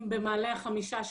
אם במעלה החמישה,